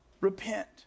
repent